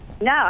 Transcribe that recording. No